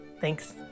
Thanks